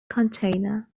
container